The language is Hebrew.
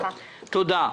תודה.